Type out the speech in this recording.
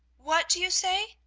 what do you say?